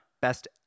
Best